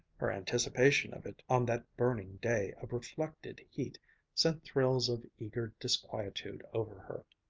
her anticipation of it on that burning day of reflected heat sent thrills of eager disquietude over her.